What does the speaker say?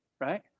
right